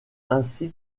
ainsi